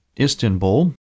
Istanbul